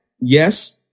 yes